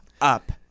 up